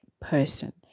person